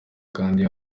kanda